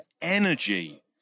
energy